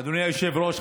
אדוני היושב-ראש,